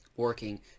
working